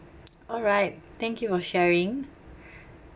alright thank you for sharing